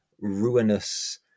ruinous